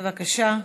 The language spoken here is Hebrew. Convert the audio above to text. בבקשה.